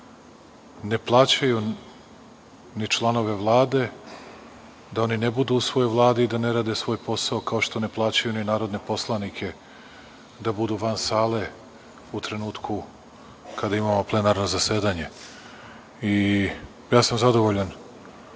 ne plaćaju ni članove Vlade da oni ne budu u svojoj vladi i da ne rade svoj posao, kao što ne plaćaju ni narodne poslanike da budu van sale u trenutku kada imamo plenarno zasedanje. Ja sam zadovoljan